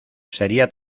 sería